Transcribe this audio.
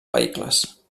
vehicles